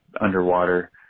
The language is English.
underwater